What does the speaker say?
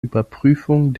überprüfung